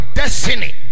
destiny